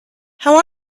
how